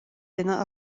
duine